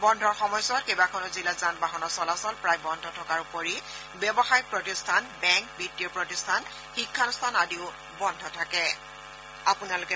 বন্ধৰ সময়ছোৱাত কেইবাখনো জিলাত যানবাহনৰ চলাচল প্ৰায় বন্ধ থকাৰ উপৰি ব্যৱসায়িক প্ৰতিষ্ঠান বেংক বিত্তীয় প্ৰতিষ্ঠান শিক্ষানুষ্ঠান আদিও বন্ধ থাকে